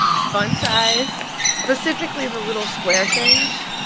fun size, specifically the little square things,